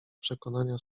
przekonania